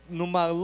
numa